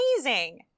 amazing